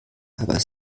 aber